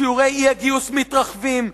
שיעורי האי-גיוס מתרחבים,